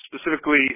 specifically